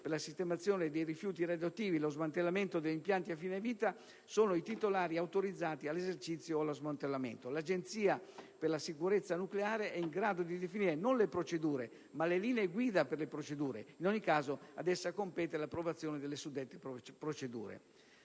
per la sistemazione dei rifiuti radioattivi e lo smantellamento degli impianti a fine vita sono i titolari autorizzati all'esercizio o allo smantellamento. L'Agenzia per la sicurezza nucleare è in grado di definire non le procedure, ma le linee guida per le stesse ed in ogni caso ad essa compete la loro approvazione. In conclusione,